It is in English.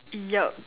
yup